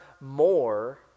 more